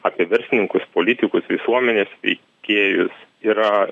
apie verslininkus politikus visuomenės veikėjus yra